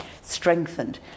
strengthened